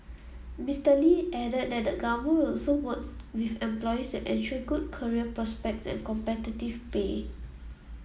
Mister Lee added that the Government will also work with employers to ensure good career prospects and competitive pay